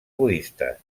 budistes